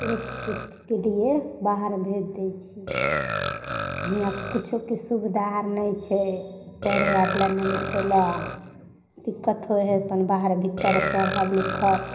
सुरक्षितके लिए बाहर भेज दै छी से हियाँ किछोके सुबिधा नहि छै पढ़य आर लऽ नहि लिखय लए दिक्कत होइ हइ अपन बाहर भीतर पढ़ऽ लिखऽ